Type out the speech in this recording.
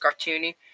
cartoony